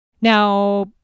Now